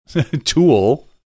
tool